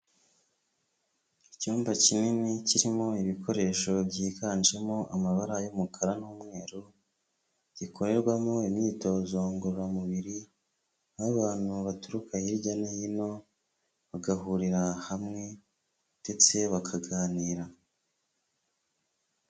Icyumba kinini kirimo ibikoresho byiganjemo amabara y'umukara n'umweru gikorerwamo imyitozo ngororamubiri aho abantu baturuka hirya no hino bagahurira hamwe ndetse bakaganira.